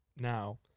now